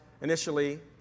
initially